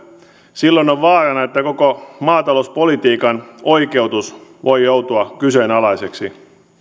silloin on vaarana että koko maatalouspolitiikan oikeutus voi joutua kyseenalaiseksi